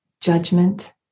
judgment